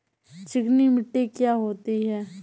चिकनी मिट्टी क्या होती है?